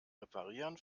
reparieren